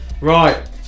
Right